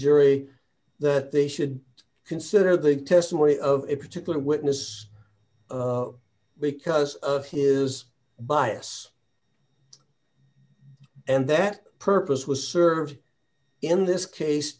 jury that they should consider the testimony of a particular witness because of his bias and that purpose was served in this case